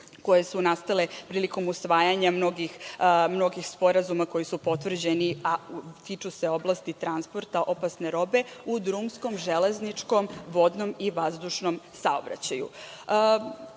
koje su nastale prilikom usvajanja mnogih sporazuma koji su potvrđeni, a tiču se oblasti transporta robe u drumskom, železničkom, vodnom i vazdušnom saobraćaju. Neke